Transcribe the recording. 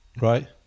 right